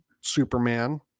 Superman